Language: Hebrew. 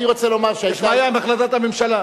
אני רוצה לומר, יש בעיה עם החלטת הממשלה.